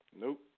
Nope